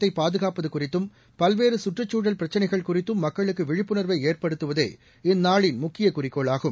இயற்கை வளத்தை பாதுகாப்பது குறித்தும் பல்வேறு சுற்றுச்சூழல் பிரச்சினைகள் குறித்தும் மக்களுக்கு விழிப்புணா்வை ஏற்படுத்துவதே இந்நாளின் முக்கிய குறிக்கோளாகும்